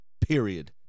Period